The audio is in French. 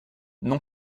non